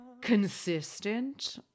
consistent